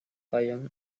fayoum